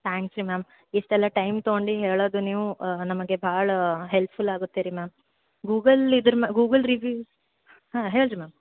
thanks ರೀ ma'am ಇಷ್ಟೆಲ್ಲ time ತಗೊಂಡು ಹೇಳೋದು ನೀವು ನಮಗೆ ಭಾಳ ಹೆಲ್ಪ್ಫುಲ್ ಆಗುತ್ತೆ ರೀ ಮ್ಯಾಮ್ ಗೂಗಲ್ ಇದ್ರಲ್ಲಿ ಗೂಗಲ್ ರಿವ್ಯೂ ಹಾಂ ಹೇಳಿರಿ ಮ್ಯಾಮ್